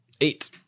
Eight